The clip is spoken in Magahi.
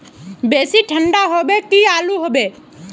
बेसी ठंडा होबे की आलू होबे